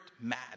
mad